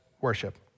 worship